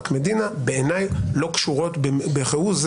אבל בשורה התחתונה,